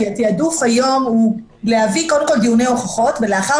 כי התעדוף היום זה להביא קודם כול דיוני הוכחות ולאחר